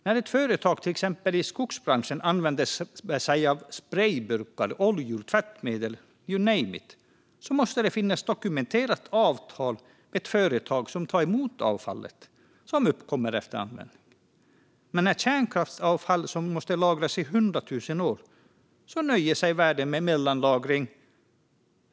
När ett företag i exempelvis skogsbranschen använder sig av sprejburkar, oljor, tvättmedel, you name it, måste det finnas ett dokumenterat avtal med ett företag som tar emot det avfall som uppkommer efter användning. Men för kärnkraftsavfall, som måste lagras i hundra tusen år, nöjer sig världen med mellanlagring.